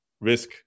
risk